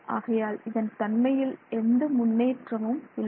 ஆகையால் இதன் தன்மையில் எந்த முன்னேற்றமும் இல்லை